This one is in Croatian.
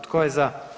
Tko je za?